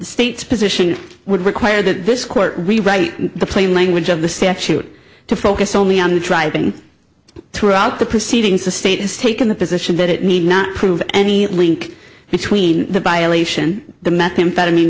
state's position would require that this court rewrite the plain language of the statute to focus only on driving throughout the proceedings the state has taken the position that it need not prove any link between the by a lation the methamphetamine